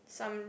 some